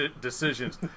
decisions